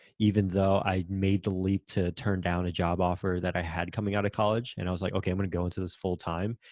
even though i made the leap to turn down a job offer that i had coming out of college and i was like, okay, i'm gonna go into this full time.